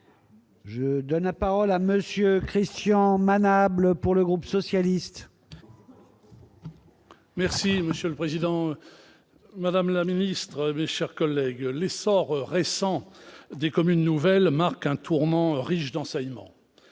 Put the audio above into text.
La parole est à M. Christian Manable, pour le groupe socialiste et républicain. Monsieur le président, madame la ministre, mes chers collègues, l'essor récent des communes nouvelles marque un tournant riche d'enseignements.